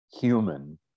human